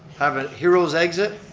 have a hero's exit.